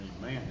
Amen